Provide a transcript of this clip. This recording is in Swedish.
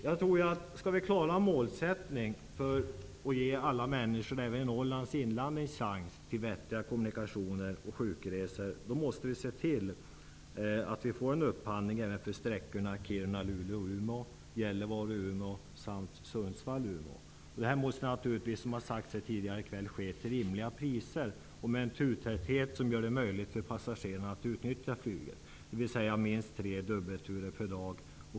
Om vi skall kunna uppfylla målet att ge alla invånare i Norrland, även i Norrlands inland, en möjlighet till vettiga kommunikationer och sjukresor, måste vi få till stånd en upphandling även för sträckorna Kiruna--Luleå--Umeå, Gällivare-- Det måste, som sagts tidigare i kväll, ske till rimliga priser och med en turtäthet som gör det möjligt för passagerarna att utnyttja flyget, dvs. med minst tre dubbelturer per dag.